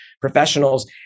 professionals